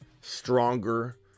stronger